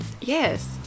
Yes